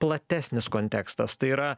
platesnis kontekstas tai yra